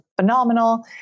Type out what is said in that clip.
phenomenal